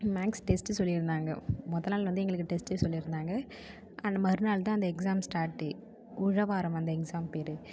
maths test சொல்லியிருந்தாங்க முதநாள் வந்து எங்களுக்கு டெஸ்ட்டு சொல்லியிருந்தாங்க அண்ட் மறுநாள்தான் அந்த எக்ஸாம் ஸ்டார்ட்டு உழவாரம் அந்த எக்ஸாம் பேர்